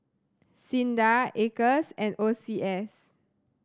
SINDA Acres and O C S